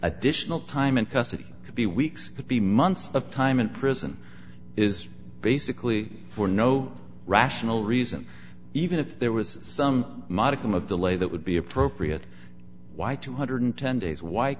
additional time in custody could be weeks could be months of time in prison is basically for no rational reason even if there was some modicum of delay that would be appropriate why two hundred and ten days wh